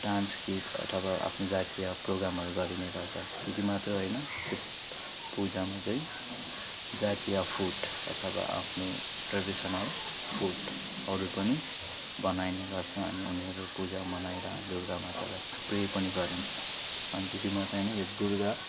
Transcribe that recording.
dance गीत अथवा आफ्नो जातीय प्रोग्रामहरू गरिने गर्छ त्यति मात्र होइन त्यो पूजामा चाहिँ जातीय फुड अथवा आफ्नो ट्रेडिसनल फुडहरू पनि बनाइने गर्छ अनि उनीहरू पूजा मनाएर दुर्गा मातालाई प्रे पनि गरिन्छ अनि त्यति मात्र होइन यो दुर्गा